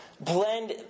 blend